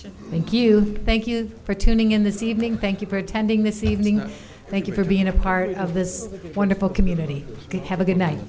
close thank you thank you for tuning in this evening thank you for attending this evening and thank you for being a part of this wonderful community have a good night